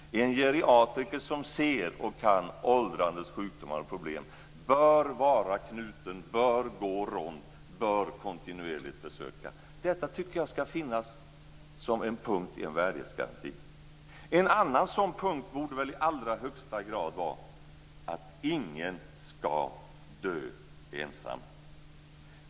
En geriatriker som ser och kan åldrandets sjukdomar och problem bör vara knuten till patienten, bör gå rond, bör kontinuerligt besöka. Detta tycker jag skall finnas som en punkt i en värdighetsgaranti. En annan sådan punkt borde i allra högsta grad vara att ingen skall dö ensam.